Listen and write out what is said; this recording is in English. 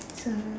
so